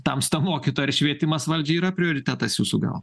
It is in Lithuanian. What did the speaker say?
tamsta mokytoja ar švietimas valdžiai yra prioritetas jūsų gal